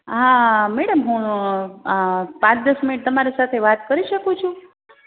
હા મેડમ હું આ પાંચ દશ મિનિટ તમારી સાથે વાત કરી શકું છું